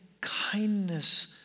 kindness